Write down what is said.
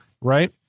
right